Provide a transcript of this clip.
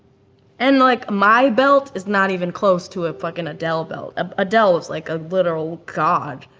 and like, my belt is not even close to a fucking adele belt. ah adele is like a literal god,